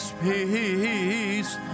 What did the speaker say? peace